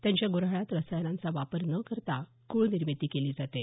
त्यांच्या गुऱ्हाळात रसायनांचा वापर न करता गुळ निर्मिती केली जाते